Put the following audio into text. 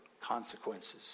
consequences